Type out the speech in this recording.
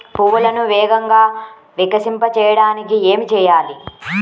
పువ్వులను వేగంగా వికసింపచేయటానికి ఏమి చేయాలి?